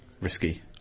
risky